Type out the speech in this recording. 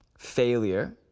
failure